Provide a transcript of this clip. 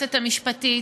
היועצת המשפטית,